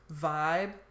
vibe